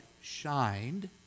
shined